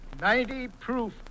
Ninety-proof